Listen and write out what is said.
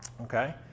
Okay